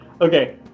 Okay